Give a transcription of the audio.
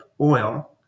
oil